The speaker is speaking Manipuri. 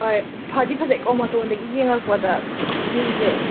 ꯍꯣꯏ ꯐꯗꯤ ꯐꯖꯩꯀꯣ ꯃꯇꯣꯟꯗꯒꯤ ꯌꯦꯡꯂꯛꯄꯗ ꯚ꯭ꯌꯨꯁꯦ